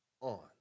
on